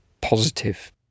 positive